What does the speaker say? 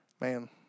Man